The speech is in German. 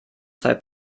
zwei